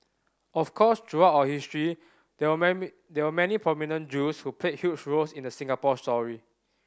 of course throughout our history there were many there were many prominent Jews who played huge roles in the Singapore story